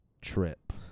trip